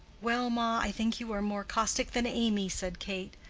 well, ma, i think you are more caustic than amy, said kate,